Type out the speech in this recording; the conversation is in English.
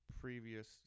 previous